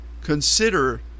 consider